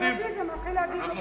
הפטריוטיזם מתחיל להדאיג אתכם.